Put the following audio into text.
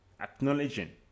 acknowledging